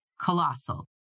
colossal